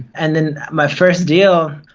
and and my first deal,